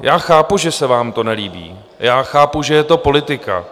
Já chápu, že se vám to nelíbí, já chápu, že je to politika.